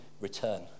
return